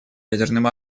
ядерным